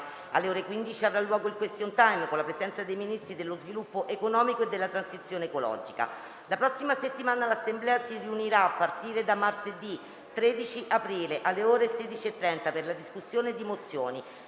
Alle ore 15 avrà luogo il *question time*, con la presenza dei Ministri dello sviluppo economico e della transizione ecologica. La prossima settimana l'Assemblea si riunirà a partire da martedì 13 aprile, alle ore 16,30, per la discussione di mozioni: